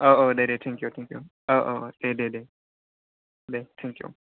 औ औ दे दे थेंकिउ थेंकिउ औ औ दे दे दे थेंकिउ